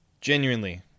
Genuinely